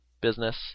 business